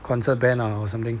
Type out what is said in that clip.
concert band lah or something